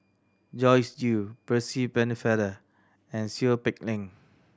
Joyce Jue Percy Pennefather and Seow Peck Leng